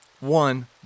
One